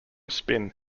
spin